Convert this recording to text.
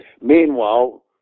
Meanwhile